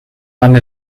eine